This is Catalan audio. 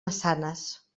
maçanes